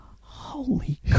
Holy